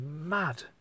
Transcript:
mad